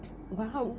!wow!